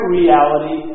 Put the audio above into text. reality